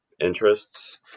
interests